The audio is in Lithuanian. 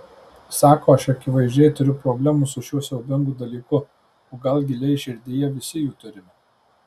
sako aš akivaizdžiai turiu problemų su šiuo siaubingu dalyku o gal giliai širdyje visi jų turime